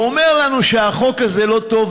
ואומר לנו שהחוק הזה לא טוב,